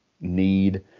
need